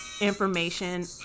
Information